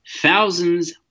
thousands